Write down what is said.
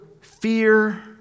fear